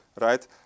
right